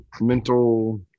mental